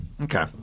okay